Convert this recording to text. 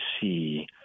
see